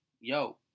yo